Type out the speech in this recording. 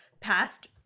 past